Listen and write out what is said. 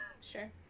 sure